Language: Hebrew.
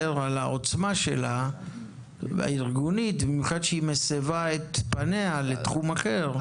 על העוצמה הארגונית שלה; במיוחד כשהיא מסבה את פניה לתחום אחר.